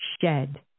shed